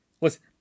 Listen